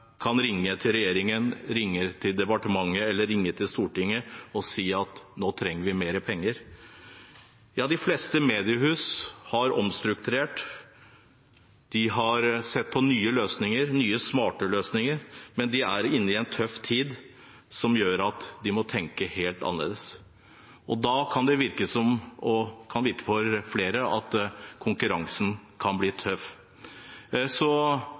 kan ringe til regjeringen, ringe til departementet eller ringe til Stortinget og si at nå trenger vi mer penger. De fleste mediehus har omstrukturert, de har sett på nye løsninger, nye smarte løsninger, men de er inne i en tøff tid, som gjør at de må tenke helt annerledes. Da kan det for flere virke som om konkurransen kan